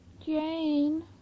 Jane